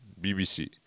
BBC